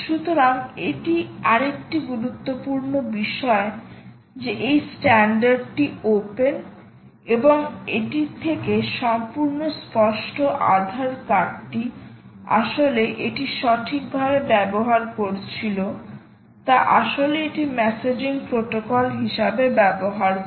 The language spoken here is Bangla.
সুতরাং এটি আরেকটি গুরুত্বপূর্ণ বিষয় যে এই স্ট্যান্ডার্ডটি ওপেন এবং এটি থেকে সম্পূর্ণ স্পষ্ট আধার কার্ডটি আসলে এটি সঠিকভাবে ব্যবহার করছিল তা আসলে এটি মেসেজিং প্রোটোকল হিসাবে ব্যবহার করে